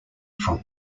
from